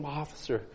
officer